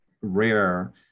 rare